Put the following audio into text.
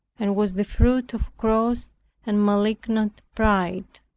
and was the fruit of gross and malignant pride.